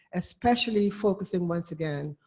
especially focusing, once again,